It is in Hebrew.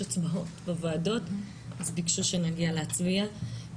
הצבעות בוועדות אז ביקשו שנגיע להצביע.